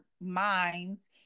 minds